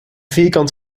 vierkant